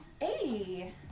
Hey